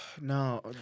No